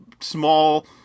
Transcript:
small